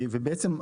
בעצם,